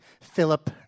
Philip